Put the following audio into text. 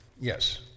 yes